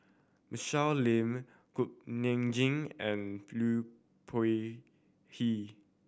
Michelle Lim Cook Nam Jin and Liu